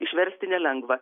išversti ne lengva